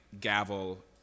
gavel